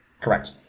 Correct